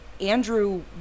Andrew